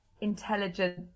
intelligent